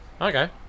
Okay